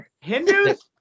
Hindus